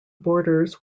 borders